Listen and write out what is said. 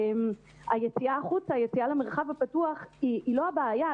היציאה החוצה למרחב הפתוח היא לא הבעיה,